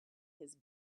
his